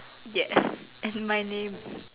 yes and my name